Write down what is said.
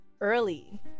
early